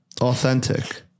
authentic